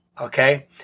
Okay